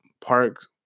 parks